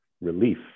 relief